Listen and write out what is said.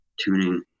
tuning